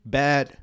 bad